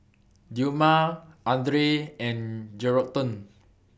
Dilmah Andre and Geraldton